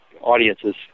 audiences